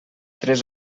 tres